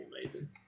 amazing